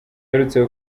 aherutse